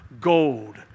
Gold